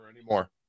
anymore